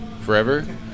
forever